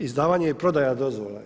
Izdavanje i prodaja dozvola.